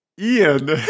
Ian